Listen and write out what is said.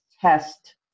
test